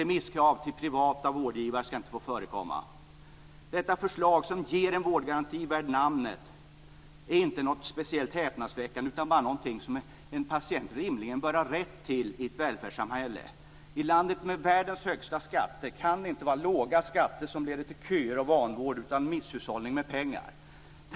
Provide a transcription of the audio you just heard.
Remisskrav till privata vårdgivare skall inte få förekomma. Dessa förslag, som ger en vårdgaranti värd namnet, är inte speciellt häpnadsväckande utan bara någonting som en patient rimligen bör ha rätt till i ett välfärdssamhälle. I landet med världens högsta skatter kan det inte vara låga skatter som leder till köer och vanvård, utan det är misshushållning med pengar som leder till det.